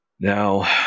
Now